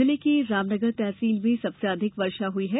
जिले के रामनगर तहसील के सबसे अधिक वर्षा हुई है